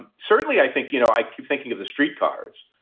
and certainly, i think, you know, i keep thinking of the street cars,